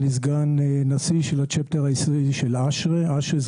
אני סגן נשיא של ה"צ'פטר" הישראלי של ASHRAE. ASHRAE זה